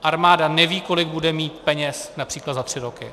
Armáda neví, kolik bude mít peněz například za tři roky.